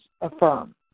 affirm